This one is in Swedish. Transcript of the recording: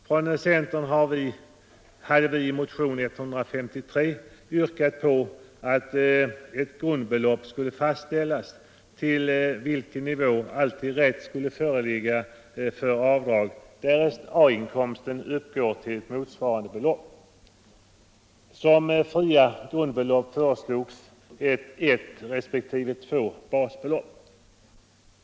Från centern hade vi i motion 153 yrkat på att ett grundbelopp skulle fastställas, till vilken nivå rätt till avdrag alltid skulle föreligga, därest A-inkomsten uppgår till motsvarande belopp. Som fritt grundbelopp föreslogs ett resp. två basbelopp.